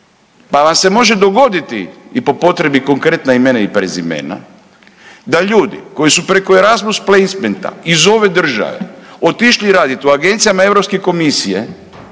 pa vam se može dogoditi i po potrebi konkretna imena i prezimena da ljudi koji su preko Erasmus placementa iz ove države otišli raditi u agencijama Europske komisije